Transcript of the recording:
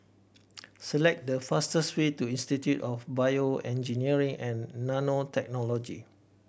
select the fastest way to Institute of BioEngineering and Nanotechnology